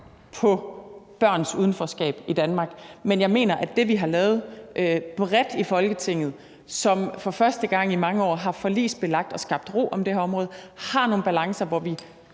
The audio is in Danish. på børns udenforskab i Danmark. Men jeg mener, at det, som vi har lavet bredt i Folketinget, og som for første gang i mange år har forligsbelagt og skabt ro om det her område, har nogle balancer, hvor vi